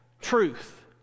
truth